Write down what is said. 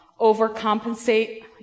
overcompensate